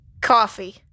Coffee